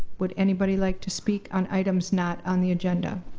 would anybody like to speak on items not on the agenda?